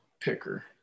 picker